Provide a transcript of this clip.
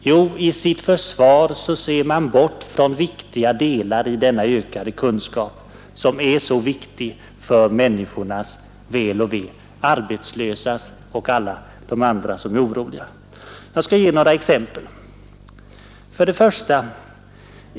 Jo, i sitt försvar ser man bort från viktiga delar av denna kunskap, som är så betydelsefull för människornas väl och ve, för de arbetslösa och alla de andra som är oroliga. Jag skall ge några exempel. 1.